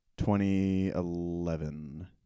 2011